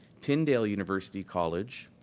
tindale university college,